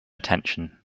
attention